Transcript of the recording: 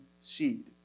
seed